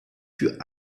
für